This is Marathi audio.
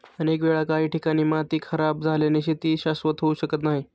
अनेक वेळा काही ठिकाणी माती खराब झाल्याने शेती शाश्वत होऊ शकत नाही